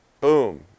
Boom